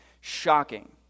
shocking